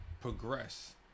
progress